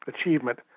achievement